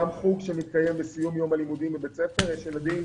גם חוג שמתקיים בסיום יום הלימודים בבית הספר יש ילדים